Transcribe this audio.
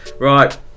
Right